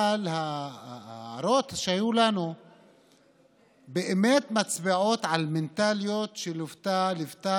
ההערות שהיו לנו באמת מצביעות על מנטליות שליוותה